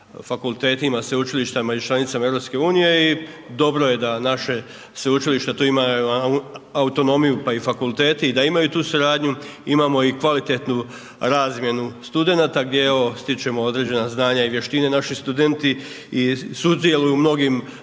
fakultetima, sveučilištima iz članicama EU i dobro je da naše sveučilište, tu ima autonomiju, pa i fakulteti, da imaju tu suradnju, imamo i kvalitetnu razmjenu studenata gdje evo stičemo određena znanja i vještine, naši studenti sudjeluju u mnogim